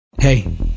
Hey